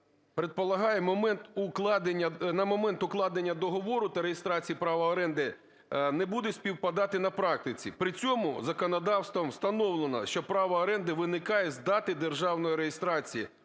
предполагає на момент укладання договору та реєстрації права оренди не буде співпадати на практиці. При цьому законодавством встановлено, що право оренди виникає з дати державної реєстрації.